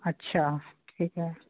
अच्छा ठीक है